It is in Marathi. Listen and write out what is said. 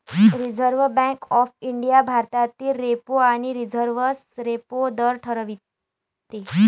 रिझर्व्ह बँक ऑफ इंडिया भारतातील रेपो आणि रिव्हर्स रेपो दर ठरवते